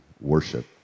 worship